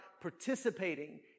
participating